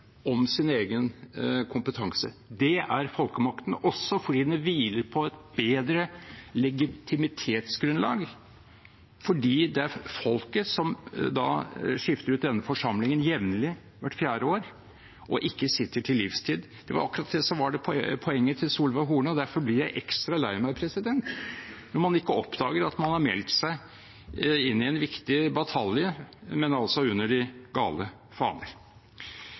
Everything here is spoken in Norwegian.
om sin egen kompetanse. Det er folkemakten, også fordi den hviler på et bedre legitimitetsgrunnlag, fordi det er folket, som da skifter ut denne forsamlingen jevnlig, hvert fjerde år, og ikke sitter til livstid. Det var akkurat det som var poenget til Solveig Horne, og derfor blir jeg ekstra lei meg når man ikke oppdager at man har meldt seg inn i en riktig batalje, men altså under de gale faner.